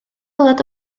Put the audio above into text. waelod